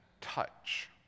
touch